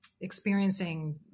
experiencing